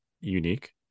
unique